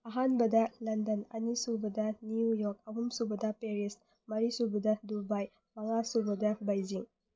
ꯑꯍꯥꯟꯕꯗ ꯂꯟꯗꯟ ꯑꯅꯤꯁꯨꯕꯗ New York ꯑꯍꯨꯝꯁꯨꯕꯗ ꯄꯦꯔꯤꯁ ꯃꯔꯤꯁꯨꯕꯗ ꯗꯨꯕꯥꯏ ꯃꯉꯥꯁꯨꯕꯗ ꯕꯩꯖꯤꯡ